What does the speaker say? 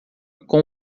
com